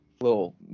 Little